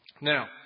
Now